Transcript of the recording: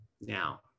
Now